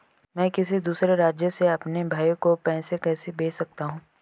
मैं किसी दूसरे राज्य से अपने भाई को पैसे कैसे भेज सकता हूं?